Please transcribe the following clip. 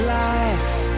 life